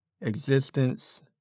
existence